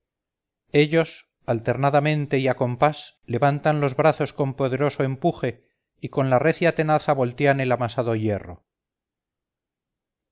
ellos alternadamente y a compás levantan los brazos con poderoso empuje y con la recia tenaza voltean el amasado hierro